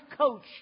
coach